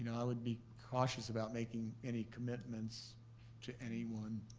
and i would be cautious about making any commitments to anyone